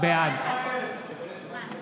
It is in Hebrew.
בעד בעד עם ישראל.